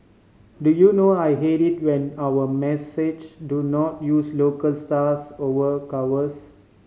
do you know I hate it when our massage do not use local stars over covers